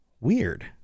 Weird